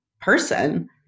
person